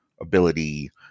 ability